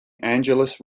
angelus